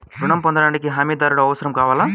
ఋణం పొందటానికి హమీదారుడు అవసరం కావాలా?